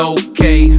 okay